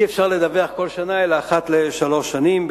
אי-אפשר לדווח כל שנה אלא אחת לשלוש שנים,